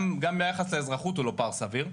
גם ביחס לאזרחות הוא לא פער סביר.